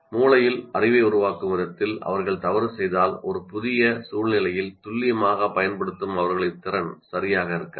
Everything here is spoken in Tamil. அவர்கள் மூளையில் அறிவை உருவாக்கும் விதத்தில் அவர்கள் தவறு செய்தால் ஒரு புதிய சூழ்நிலையில் துல்லியமாக அப்ளை பண்ணும் அவர்களின் திறன் சரியாக இருக்காது